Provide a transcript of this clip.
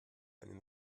einen